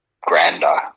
grander